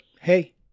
Hey